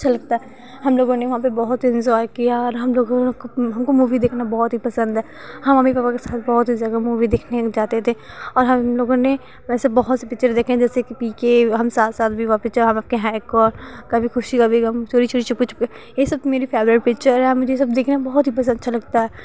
अच्छा लगता है हमलोगों ने वहाँ बहुत एन्ज़ॉय किया और हमलोगों को हमको मूवी देखना बहुत पसन्द है हम मम्मी पापा के संग बहुत जगह मूवी देखने जाते थे और हमलोगों ने वैसे बहुत सी पिक्चर देखी जैसे पी के हम साथ साथ भी हुआ पिक्चर हम आपके हैं कौन कभी खुशी कभी गम चोरी चोरी चुपके चुपके ये सब मेरी फ़ेवरेट पिक्चर हैं और मुझे ये सब देखना बहुत पसन्द बहुत ही अच्छा लगता है